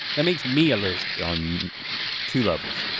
that makes me a loser. on two levels.